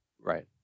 right